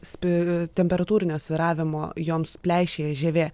spi temperatūrinio svyravimo joms pleišėja žievė